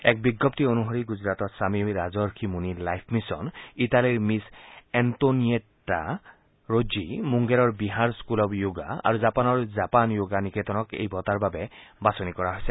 এক বিজণ্তি অনুসৰি গুজৰাটৰ স্বামী ৰাজৰ্ষি মুনি লাইফ মিছন ইটালীৰ মিচ্ এণ্টোনিয়েটা ৰোজ্জি মুংগেৰৰ বিহাৰ স্থুল অৱ য়োগা আৰু জাপানৰ জাপান য়োগা নিকেতনক এই বঁটাৰ বাবে বাছনি কৰা হৈছে